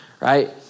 right